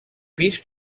pis